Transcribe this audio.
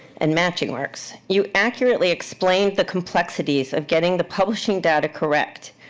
and matching marks. you accurately explained the complexities of getting the publishing data correct.